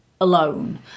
alone